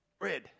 red